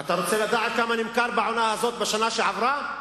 אתה רוצה לדעת בכמה זה נמכר בעונה הזאת בשנה שעברה?